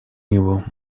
него